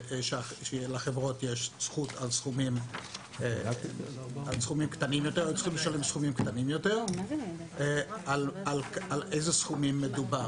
שלחברות יש זכות על סכומים קטנים יותר על אלו סכומים מדובר?